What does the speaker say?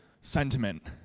sentiment